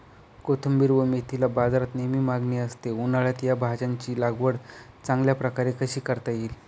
कोथिंबिर व मेथीला बाजारात नेहमी मागणी असते, उन्हाळ्यात या भाज्यांची लागवड चांगल्या प्रकारे कशी करता येईल?